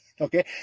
Okay